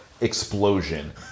explosion